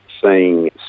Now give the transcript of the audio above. seeing